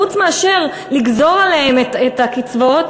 חוץ מאשר לגזור עליהן את קיצוץ